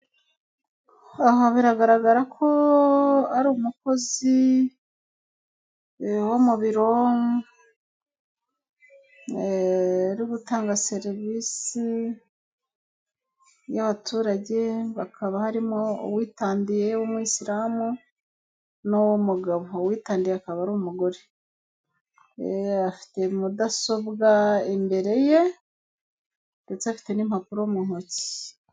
Aha biragaragara ko ari umukozi wo mu biro, uri gutanga serivisi y'abaturage, bakaba harimo uwitandiye w'umuyisiramu n'undi mugabo. Uwitandiye akaba ari umugore. Afite mudasobwa imbere ye, ndetse afite n'impapuro mu ntoki.